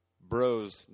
bros